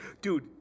dude